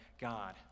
God